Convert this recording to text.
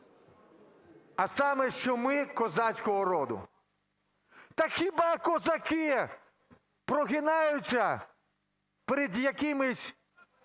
а саме, що ми козацького роду. Так хіба козаки прогинаються перед якимись